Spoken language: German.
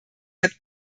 hat